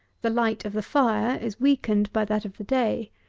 the light of the fire is weakened by that of the day.